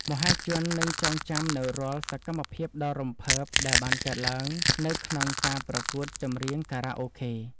មហាជននឹងចងចាំនូវរាល់សកម្មភាពដ៏រំភើបដែលបានកើតឡើងនៅក្នុងការប្រកួតចម្រៀងខារ៉ាអូខេ។